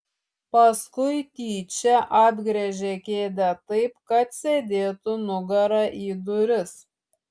paskui tyčia apgręžė kėdę taip kad sėdėtų nugara į duris